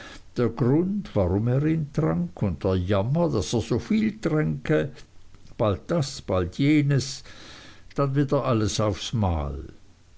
der grund warum er ihn trank und der jammer daß er soviel tränke bald das bald jenes dann wieder alles auf einmal